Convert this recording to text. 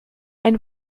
ein